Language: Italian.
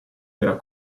era